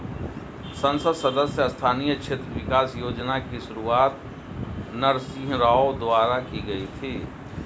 संसद सदस्य स्थानीय क्षेत्र विकास योजना की शुरुआत नरसिंह राव द्वारा की गई थी